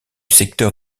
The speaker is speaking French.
secteur